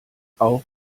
auch